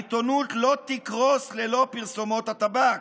העיתונות לא תקרוס ללא פרסומות הטבק.